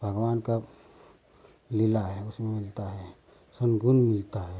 भगवान का लीला है उसमें मिलता है सन गुण मिलता है